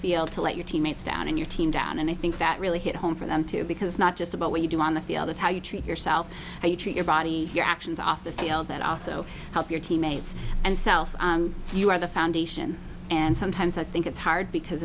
field to let your teammates down and your team down and i think that really hit home for them too because not just about what you do on the field it's how you treat yourself how you treat your body your actions off the field that also help your teammates and self you are the foundation and sometimes i think it's hard because